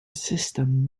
system